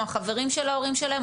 או החברים של ההורים שלהם,